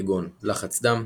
כגון לחץ דם,